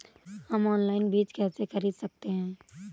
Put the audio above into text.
हम ऑनलाइन बीज कैसे खरीद सकते हैं?